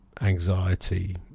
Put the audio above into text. anxiety